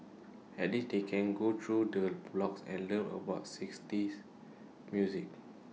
at least they can go through the blogs and learn about sixties music